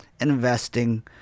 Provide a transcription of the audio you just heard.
investing